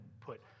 put